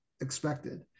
expected